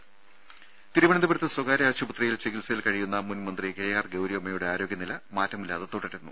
രംഭ തിരുവനന്തപുരത്ത് സ്വകാര്യ ആശുപത്രിയിൽ ചികിത്സയിൽ കഴിയുന്ന മുൻ മന്ത്രി കെ ആർ ഗൌരിയമ്മയുടെ ആരോഗ്യനില മാറ്റമില്ലാതെ തുടരുന്നു